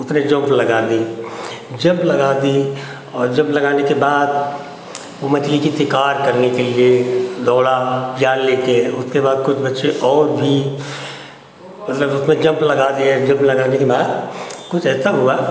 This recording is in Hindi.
उसने जम्प लगा दी जम्प लगाई और जम्प लगाने के बाद वो मछली के शिकार करने के लिए दौड़ा जाल ले के उसके बाद कुछ बच्चे और भी मतलब उसने जम्प लगा दिया और जम्प लगाने के बाद कुछ ऐसा हुआ